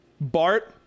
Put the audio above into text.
Bart